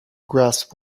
grasp